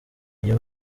iyo